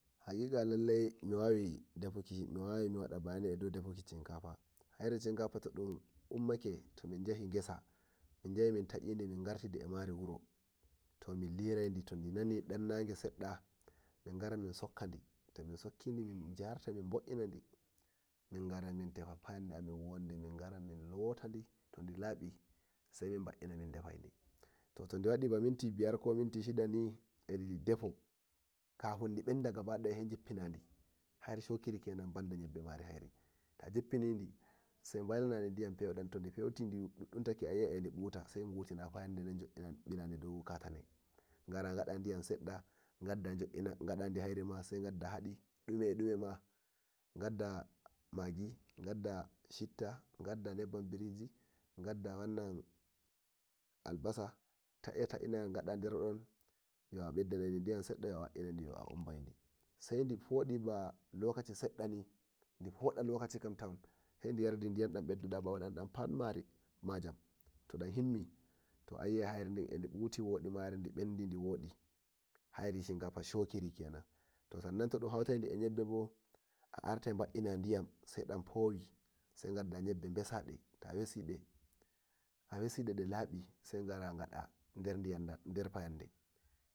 hahik lalle miwawai bayani eh dau defuk cinkafa hairi cinkafa tadun ummake to minyahi gesamin tayidi mingarti furo to min liraidi to didan nani nage sedda mingari min sokkani to min sokki min garta ni mingara min tefa fayende amin wonde min gara min lotadi todi labi sai min ba'ina min defani todi wadi ba minti biyar to shida ni kafin di benda gabadaya sai jiffinadi hairi shokiri kenan banda yebbe ta jippinini sai baila nani diyam peudam to di feuti a yi'ai edi buta sai gutina fayan deden bilade dau katane gada diyam sadda gadda shittin gadda neban biriji gadda hadi gadda magi gadda shitta gadda neban biriji gadda albasa taya gada derdon yau abedai diyam seda yo a wai'nai no a ambaidi sai difodi ba lokaci seddadi saidi yardi diyam bidu aa bawo dunka shak mari to dan timi to a yi ai edi buti wodi mari hairi shikafa shokiri kenan to sanna to dun hautai di eh yebbe bo a artai ba'ina diyam saidan powi sai gadda yebbe besade ta weside delabi sai gada der diyam der fayande.